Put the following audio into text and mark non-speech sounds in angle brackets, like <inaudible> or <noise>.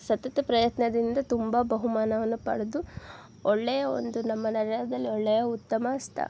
ಸತತ ಪ್ರಯತ್ನದಿಂದ ತುಂಬ ಬಹುಮಾನವನ್ನು ಪಡೆದು ಒಳ್ಳೆಯ ಒಂದು ನಮ್ಮನ್ನು <unintelligible> ಒಳ್ಳೆಯ ಉತ್ತಮ ಸ್ತ